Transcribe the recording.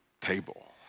table